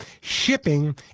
Shipping